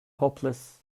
hopeless